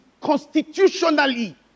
constitutionally